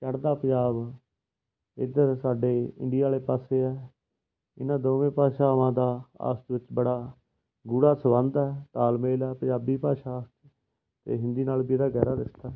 ਚੜ੍ਹਦਾ ਪੰਜਾਬ ਇੱਧਰ ਸਾਡੇ ਇੰਡੀਆ ਵਾਲੇ ਪਾਸੇ ਹੈ ਇਹਨਾਂ ਦੋਵੇਂ ਭਾਸ਼ਾਵਾਂ ਦਾ ਆਪਸ ਵਿੱਚ ਬੜਾ ਗੂੜ੍ਹਾ ਸੰਬੰਧ ਹੈ ਤਾਲਮੇਲ ਹੈ ਪੰਜਾਬੀ ਭਾਸ਼ਾ ਅਤੇ ਹਿੰਦੀ ਨਾਲ ਜਿਹੜਾ ਗਹਿਰਾ ਰਿਸ਼ਤਾ ਹੈ